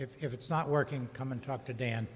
if it's not working come and talk to dan